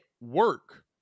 work